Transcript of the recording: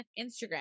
instagram